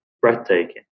breathtaking